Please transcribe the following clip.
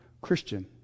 Christian